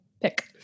pick